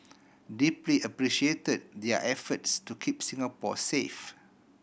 deeply appreciated their efforts to keep Singapore safe